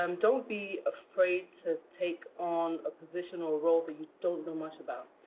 um don't be afraid to take on a position or role that you don't know much about.